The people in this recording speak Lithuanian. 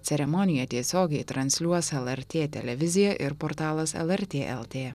ceremoniją tiesiogiai transliuos lrt televizija ir portalas lrt lt